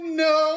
no